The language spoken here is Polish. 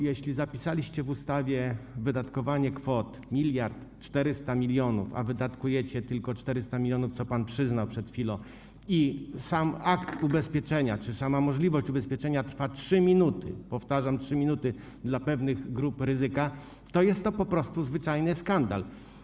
Jeśli zapisaliście w ustawie wydatkowanie kwot 1400 mln, a wydatkujecie tylko 400 mln, co pan przed chwilą przyznał, i sam akt ubezpieczenia czy sama możliwość ubezpieczenia trwa 3 minuty - powtarzam: 3 minuty - dla pewnych grup ryzyka, to jest to po prostu zwyczajny skandal.